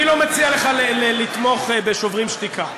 אני לא מציע לך לתמוך ב"שוברים שתיקה",